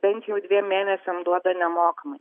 bent jau dviem mėnesiams duoda nemokamai